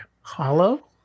hollow